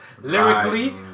lyrically